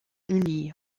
unie